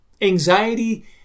anxiety